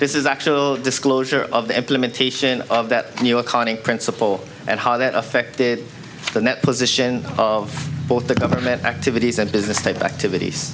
this is actual disclosure of the implementation of that new accounting principle and how that affected the net position of both the government activities and business type activities